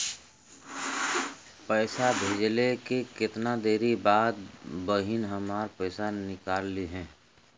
पैसा भेजले के कितना देरी के बाद बहिन हमार पैसा निकाल लिहे?